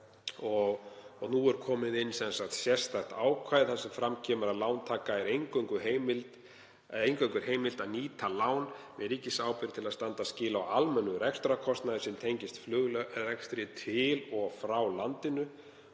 er sett inn sérstakt ákvæði þar sem fram kemur að lántaka er eingöngu heimilt að nýta lán með ríkisábyrgð til að standa skil á almennum rekstrarkostnaði sem tengist flugrekstri til og frá landinu.